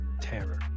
Terror